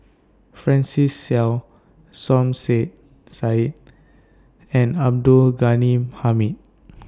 Francis Seow Som Say Said and Abdul Ghani Hamid